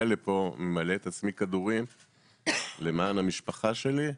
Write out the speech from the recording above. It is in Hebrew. לפה ממלא את עצמי כדורים למען המשפחה שלי,